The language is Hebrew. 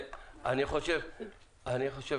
אני רוצה